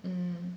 mm